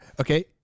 Okay